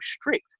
strict